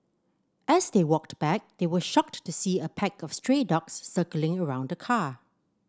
as they walked back they were shocked to see a pack of stray dogs circling around the car